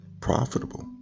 profitable